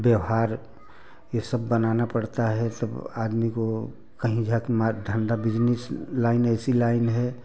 व्यवहार ये सब बनाना पड़ता है सब आदमी को कहीं जा कर धंधा बिजनेस लाइन ऐसी लाइन है